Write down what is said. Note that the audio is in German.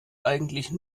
eigentlich